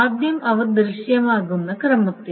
ആദ്യം അവ ദൃശ്യമാകുന്ന ക്രമത്തിൽ